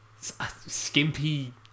skimpy